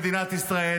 במדינת ישראל,